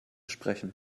sprechen